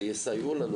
שיסייעו לנו,